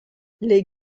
les